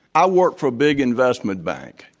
i work for a big investment bank.